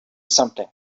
something